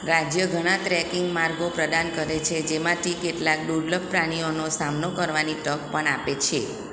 રાજ્ય ઘણા ટ્રેકિંગ માર્ગો પ્રદાન કરે છે જેમાંથી કેટલાંક દુર્લભ પ્રાણીઓનો સામનો કરવાની તક પણ આપે છે